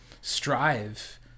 strive